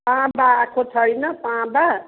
ताँबा आएको छैन ताँबा